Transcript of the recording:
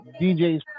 DJs